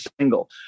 single